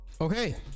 Okay